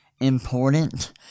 important